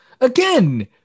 again